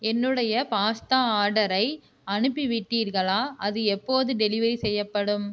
என்னுடைய பாஸ்தா ஆர்டரை அனுப்பிவிட்டீர்களா அது எப்போது டெலிவரி செய்யப்படும்